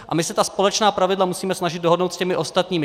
A my se ta společná pravidla musíme snažit dohodnout s těmi ostatními.